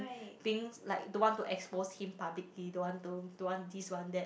being like don't want to expose him publicly don't want to don't want this want that